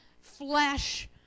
flesh